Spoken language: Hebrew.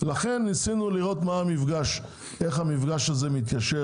לכן ניסינו לראות איך המפגש הזה מתיישר